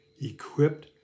equipped